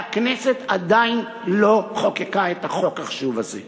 והכנסת עדיין לא חוקקה את החוק החשוב הזה.